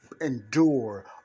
Endure